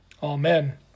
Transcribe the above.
Amen